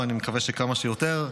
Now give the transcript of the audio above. ואני מקווה שכמה שיותר,